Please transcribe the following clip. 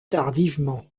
tardivement